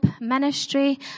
ministry